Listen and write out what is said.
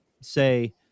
say